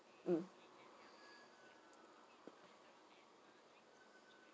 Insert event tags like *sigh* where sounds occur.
mm *breath*